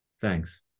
Thanks